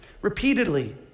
repeatedly